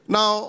Now